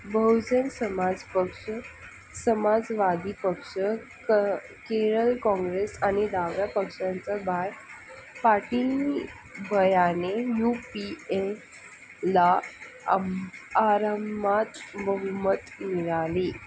बहुजन समाज पक्ष समाजवादी पक्ष क केरळ काँग्रेस आणि डाव्या पक्षांचा बाह्य पाटी बयाने यू पी ए ला आरामात बहुमत मिळाली